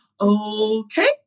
okay